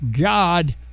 God